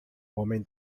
homem